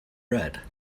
read